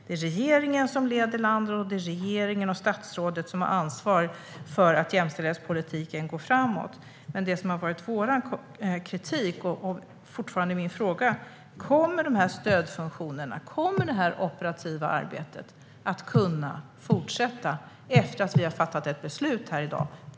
Det är regeringen som leder landet, och det är regeringen och statsrådet som har ansvar för att jämställdhetspolitiken går framåt. Fortfarande är min fråga: Kommer de här stödfunktionerna och det här operativa arbetet att kunna fortsätta efter att vi har fattat ett beslut här i dag?